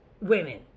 women